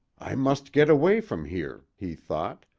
i must get away from here, he thought,